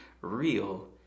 real